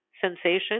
sensation